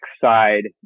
side